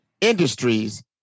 industries